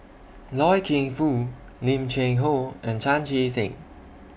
Loy Keng Foo Lim Cheng Hoe and Chan Chee Seng